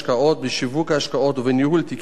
בשיווק השקעות ובניהול תיקי השקעות,